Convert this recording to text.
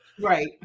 Right